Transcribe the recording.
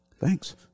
thanks